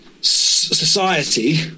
society